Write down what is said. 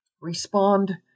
respond